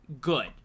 Good